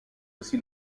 aussi